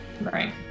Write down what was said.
Right